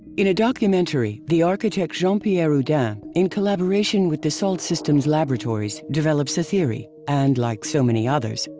in a documentary, the architect jean-pierre houdin, in collaboration with dassault systems' laboratories develops a theory and, like so many others,